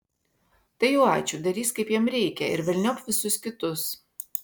tai jau ačiū darys kaip jam reikia ir velniop visus kitus